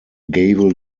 gavel